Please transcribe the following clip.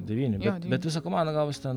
devyni bet bet visa komanda gavosi ten